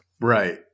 Right